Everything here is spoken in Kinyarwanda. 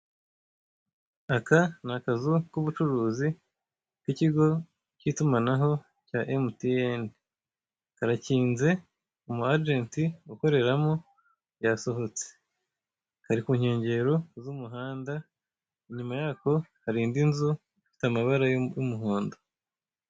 Aka ni akazu k'ubucuruzi, k'ikigo cy'itumanaho cya emutiyene. Karakinze, umu ajenti ukoreramo yasohotse. Kari ku nkengero z'umuhanda, inyuma yako hari indi nzu ifite amabara y'umuhondo.